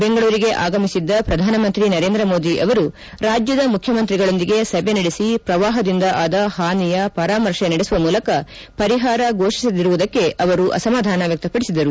ಬೆಂಗಳೂರಿಗೆ ಆಗಮಿಸಿದ್ದ ಪ್ರಧಾನ ಮಂತ್ರಿ ನರೇಂದ್ರ ಮೋದಿ ಅವರು ರಾಜ್ಯದ ಮುಖ್ಯಮಂತ್ರಿಗಳೊಂದಿಗೆ ಸಭೆ ನಡೆಸಿ ಪ್ರವಾಹದಿಂದ ಆದ ಹಾನಿಯ ಪರಾಮರ್ಶೆ ನಡೆಸುವ ಮೂಲಕ ಪರಿಹಾರ ಫೋಷಿಸದಿರುವುದಕ್ಕೆ ಅವರು ಅಸಮಾಧಾನ ವ್ಯಕ್ತಪಡಿಸಿದರು